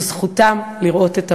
וזכותם לראות את הפירות.